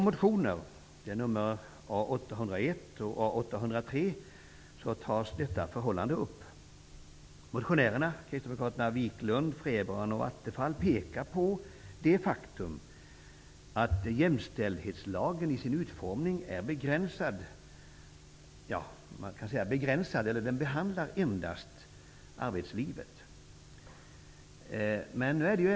Stefan Attefall, pekar på faktumet att jämställdhetslagen i sin utformning endast behandlar arbetslivet.